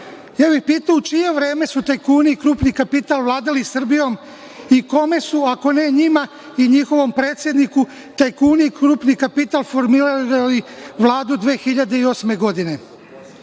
bih u čije vreme su tajkuni i krupni kapital vladali Srbijom i kome su, ako ne njima i njihovom predsedniku, tajkuni i krupni kapital formirali Vladu 2008. godine.U